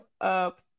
up